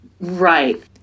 Right